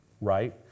Right